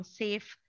safe